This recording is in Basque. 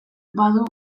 badu